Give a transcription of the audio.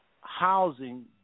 housing